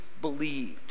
believed